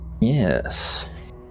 yes